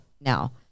now